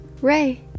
ray